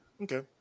Okay